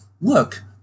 look